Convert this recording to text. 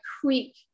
creek